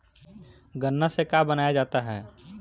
गान्ना से का बनाया जाता है?